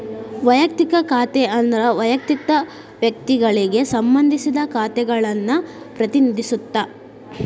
ವಯಕ್ತಿಕ ಖಾತೆ ಅಂದ್ರ ವಯಕ್ತಿಕ ವ್ಯಕ್ತಿಗಳಿಗೆ ಸಂಬಂಧಿಸಿದ ಖಾತೆಗಳನ್ನ ಪ್ರತಿನಿಧಿಸುತ್ತ